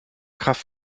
kraft